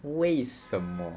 为什么